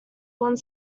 one